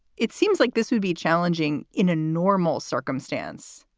it seems like this would be challenging in a normal circumstance.